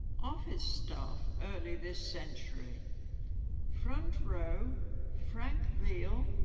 office staff early this century front row frank veal,